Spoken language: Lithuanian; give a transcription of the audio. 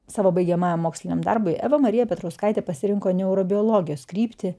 savo baigiamajam moksliniam darbui eva marija petrauskaitė pasirinko neurobiologijos kryptį